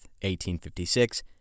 1856